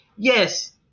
Yes